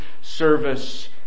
service